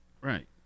Right